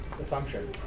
assumption